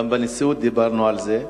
גם בנשיאות דיברנו על זה,